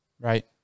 right